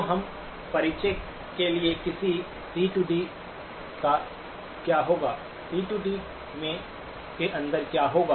तो अब परिचय के लिए कि सी डी C D क्या होगा सी डी C D के अंदर क्या होगा